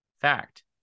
Fact